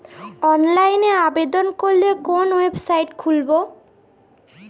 অনলাইনে আবেদন করলে কোন ওয়েবসাইট খুলব?